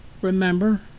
remember